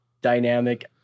dynamic